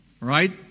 right